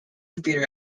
computer